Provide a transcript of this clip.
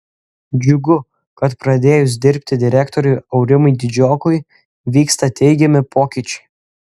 džiugu kad pradėjus dirbti direktoriui aurimui didžiokui vyksta teigiami pokyčiai